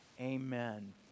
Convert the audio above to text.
amen